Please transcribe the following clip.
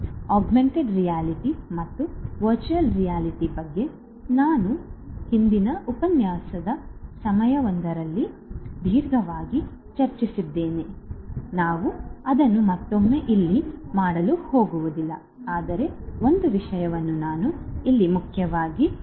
augmented reality ಮತ್ತು virtual reality ಬಗ್ಗೆ ನಾವು ಹಿಂದಿನ ಉಪನ್ಯಾಸವೊಂದರಲ್ಲಿ ದೀರ್ಘವಾಗಿ ಚರ್ಚಿಸಿದ್ದೇವೆ ನಾವು ಅದನ್ನು ಮತ್ತೊಮ್ಮೆ ಇಲ್ಲಿ ಮಾಡಲು ಹೋಗುವುದಿಲ್ಲ ಆದರೆ ಒಂದು ವಿಷಯವನ್ನು ನಾನು ಇಲ್ಲಿ ಮುಖ್ಯವಾಗಿ ಪ್ರಸ್ತಾಪಿಸಲು ಬಯಸುತ್ತೇನೆ